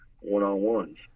one-on-ones